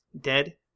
Dead